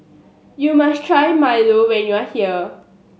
you must try Milo when you are here